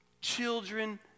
Children